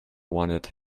wanted